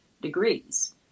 degrees